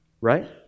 Right